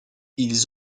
ils